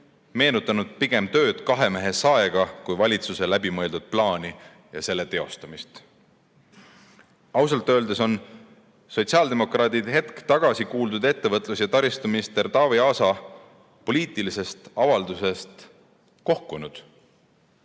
meenutanud pigem tööd kahemehesaega kui valitsuse läbimõeldud plaani ja selle teostamist. Ausalt öeldes on sotsiaaldemokraadid hetk tagasi kuuldud ettevõtlus- ja taristuminister Taavi Aasa poliitilisest avaldusest kohkunud.